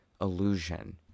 illusion